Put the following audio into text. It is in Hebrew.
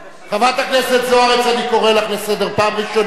חברת הכנסת זוארץ, אני קורא לך לסדר פעם ראשונה.